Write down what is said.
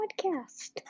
podcast